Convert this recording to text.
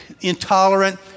intolerant